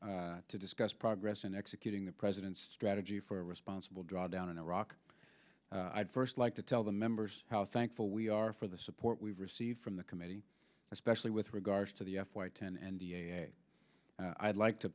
to discuss progress in executing the president's strategy for a responsible drawdown in iraq i'd first like to tell the members how thankful we are for the support we've received from the committee especially with regards to the f y ten and i'd like to